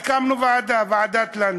הקמנו ועדה, ועדת לנדס.